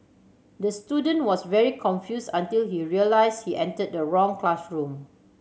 the student was very confuse until he realise he entered the wrong classroom